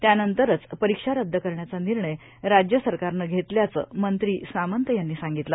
त्यानंतरच परिक्षा रद्द करण्याचा निर्णय राज्य सरकारनं घेतल्याचं मंत्री सामंत यांनी सांगितलं